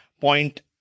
point